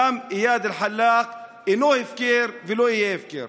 דם איאד אלחלאק אינו הפקר ולא יהיה הפקר.